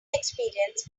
experience